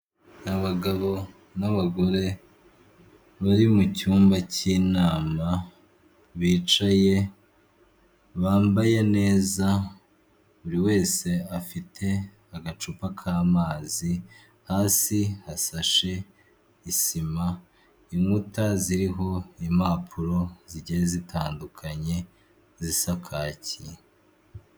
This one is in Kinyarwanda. Abagabo n'abagore bari mucyumba cy'inama bicaye bambaye neza, buri wese afite agacupa k'amazi hasi hashashe isima inkuta ziriho impapuro zigiye zitandukanye zisakaki.